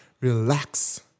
relax